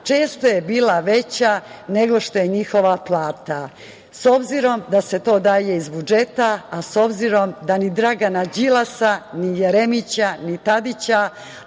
često je bila veća nego što je njihova plata. S obzirom da se to daje iz budžeta, a s obzirom da ni Dragana Đilasa, ni Jeremića, ni Tadića